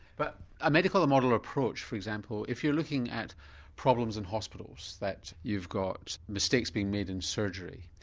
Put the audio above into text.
but a medical model approach for example, if you're looking at problems in hospitals that you've got mistakes being made in surgery,